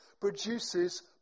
produces